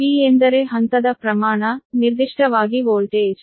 P ಎಂದರೆ ಹಂತದ ಪ್ರಮಾಣ ನಿರ್ದಿಷ್ಟವಾಗಿ ವೋಲ್ಟೇಜ್